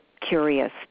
curious